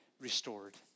restored